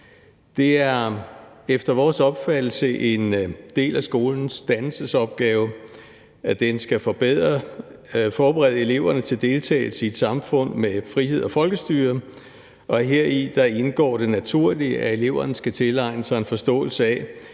Det er efter vores opfattelse en del af skolens dannelsesopgave, at den skal forberede eleverne til deltagelse i et samfund med frihed og folkestyre, og heri indgår naturligt, at eleverne skal tilegne sig en forståelse af,